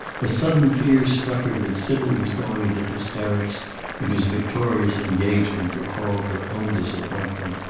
a sudden fear struck her that sybil was going into hysterics because victoria's engagement recalled her own disappointment.